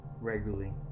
regularly